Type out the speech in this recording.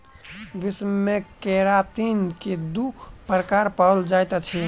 विश्व मे केरातिन के दू प्रकार पाओल जाइत अछि